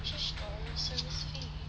charge the nonsense fee